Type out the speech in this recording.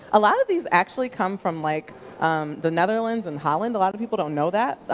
a lot of these actually come from like the netherlands and holland. a lot of people don't know that.